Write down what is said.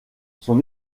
son